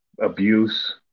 abuse